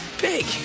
big